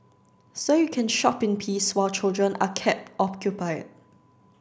so you can shop in peace while children are kept occupied